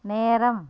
நேரம்